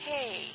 Hey